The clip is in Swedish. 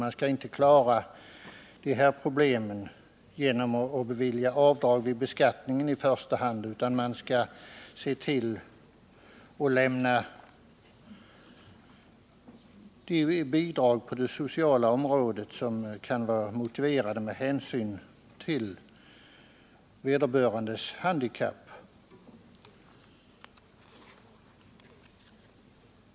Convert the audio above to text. Man skall inte lösa de här problemen i första hand genom att bevilja avdrag vid beskattningen, utan man skall se till att samhället lämnar de bidrag på det sociala området som kan vara motiverade med hänsyn till vederbörandes handikapp.